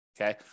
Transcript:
okay